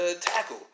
tackle